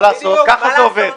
מה לעשות, כך זה עובד.